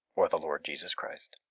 or the lord jesus christ.